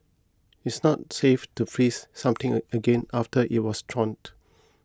it is not safe to freeze something again after it was thawed